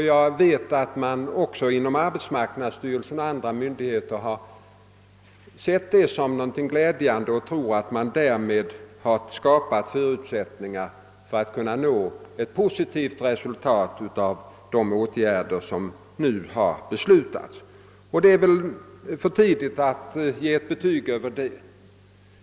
Jag vet att man också inom arbetsmarknadsstyrelsen och andra myndigheter har sett det som något glädjande, och jag tror att man därmed har skapat förutsättningar för att kunna nå ett positivt resultat av de åtgärder som nu har beslutats. Emellertid är det väl för tidigt att nu ge ett betyg över det.